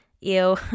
Ew